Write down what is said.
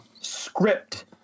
script